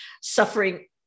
suffering